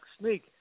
sneak